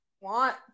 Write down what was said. Want